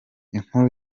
inkuru